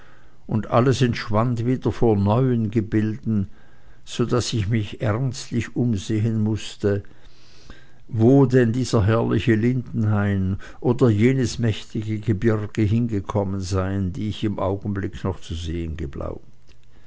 und alles entschwand wieder vor neuen gebilden so daß ich mich ernstlich umsehen mußte wo denn dieser herrliche lindenhain oder jenes mächtige gebirge hingekommen seien die ich im augenblicke noch zu sehen geglaubt